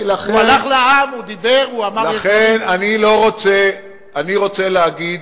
הוא הלך לעם, הוא דיבר, הוא אמר, אני רוצה להגיד,